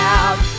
out